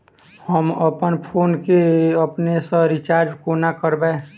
हम अप्पन फोन केँ अपने सँ रिचार्ज कोना करबै?